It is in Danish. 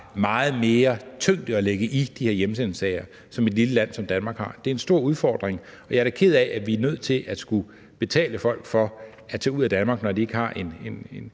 meget mere tyngde at lægge i de her hjemsendelsessager, end et lille land som Danmark har. Det er en stor udfordring, og jeg er da ked af, at vi er nødt til at skulle betale folk for at tage ud af Danmark, når de ikke har en